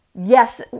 Yes